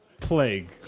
Plague